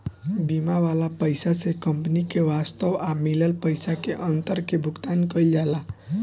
बीमा वाला पइसा से कंपनी के वास्तव आ मिलल पइसा के अंतर के भुगतान कईल जाला